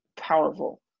powerful